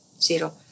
zero